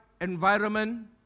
environment